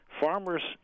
Farmers